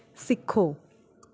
ਸਿੱਖੋ